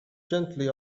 gently